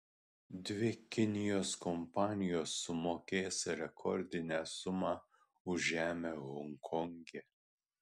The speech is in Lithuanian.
dvi kinijos kompanijos sumokės rekordinę sumą už žemę honkonge